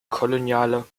koloniale